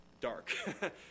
dark